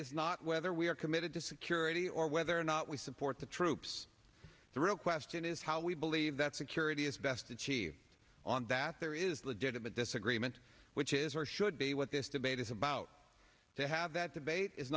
is not whether we are committed to security or whether or not we support the troops the real question is how we believe that security is best achieved on that there is the date of a disagreement which is or should be what this debate is about to have that debate i